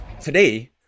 today